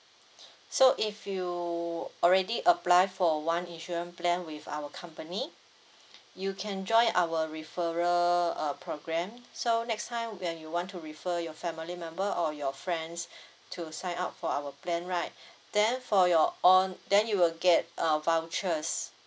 so if you already apply for one insurance plan with our company you can join our referral uh program so next time when you want to refer your family member or your friends to sign up for our plan right then for your own then you will get uh vouchers